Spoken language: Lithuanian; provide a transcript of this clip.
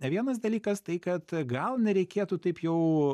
vienas dalykas tai kad gal nereikėtų taip jau